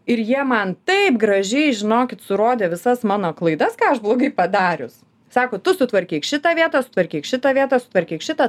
ir jie man taip gražiai žinokit surodė visas mano klaidas ką aš blogai padarius sako tu sutvarkyk šitą vietą sutvarkyk šitą vietą sutvarkyk šitą